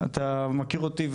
אתה מכיר אותי,